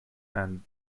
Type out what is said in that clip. and